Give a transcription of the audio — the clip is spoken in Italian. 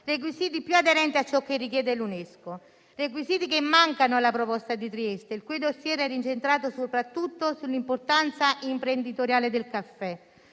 requisiti più aderenti a ciò che richiede l'UNESCO e che mancano nella proposta di Trieste, il cui *dossier* era incentrato soprattutto sull'importanza imprenditoriale del caffè.